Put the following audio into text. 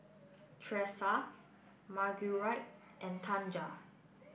Tressa Marguerite and Tanja